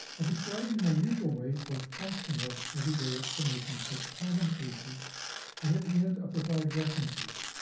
i'll be striving in my usual way for functional everyday explanations for common cases and at the end i'll provide references.